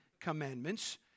Commandments